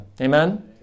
Amen